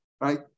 right